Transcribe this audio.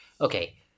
Okay